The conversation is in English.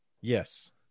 Yes